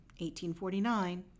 1849